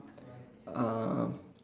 uh